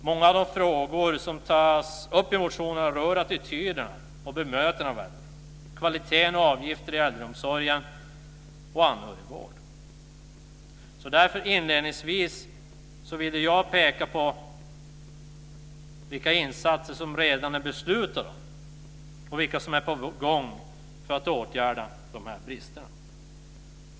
Många av de frågor som tas upp i motionerna rör attityderna till och bemötandet av äldre samt kvaliteten på och avgifterna i äldreomsorg och anhörigvård. Därför ville jag inledningsvis peka på vilka insatser som redan är beslutade och vilka som är på gång för att åtgärda de här bristerna.